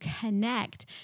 connect